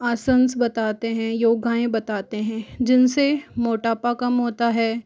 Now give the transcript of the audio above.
आसंस बताते हैं योगाएं बताते हैं जिनसे मोटापा कम होता है